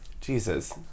Jesus